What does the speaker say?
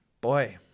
boy